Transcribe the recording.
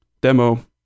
demo